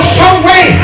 someway